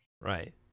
Right